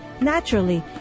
naturally